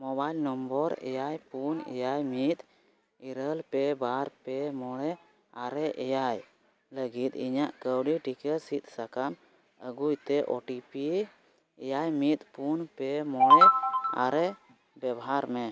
mobile number ᱮᱭᱟᱭ ᱯᱩᱱ ᱮᱭᱟᱭ ᱢᱤᱫ ᱤᱨᱟᱹᱞ ᱯᱮ ᱵᱟᱨ ᱯᱮ ᱢᱚᱬᱮ ᱟᱨᱮ ᱮᱭᱟᱭ ᱞᱟᱹᱜᱤᱫ ᱤᱧᱟᱹᱜ ᱠᱟᱣᱰᱤ ᱴᱤᱠᱟᱹ ᱥᱤᱫᱽ ᱥᱟᱠᱟᱢ ᱟᱹᱜᱩᱭᱛᱮ ᱳ ᱴᱤ ᱯᱤ ᱮᱭᱟᱭ ᱢᱤᱫ ᱯᱩᱱ ᱯᱮ ᱢᱚᱬᱮ ᱟᱨᱮ ᱵᱮᱵᱷᱟᱨᱢᱮ